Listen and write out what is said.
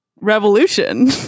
revolution